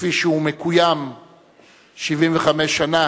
כפי שהוא מקוים 75 שנה,